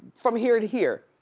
from here to here.